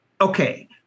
okay